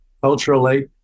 culturally